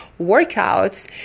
workouts